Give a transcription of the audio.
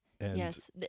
Yes